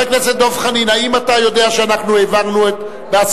נא להצביע.